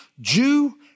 Jew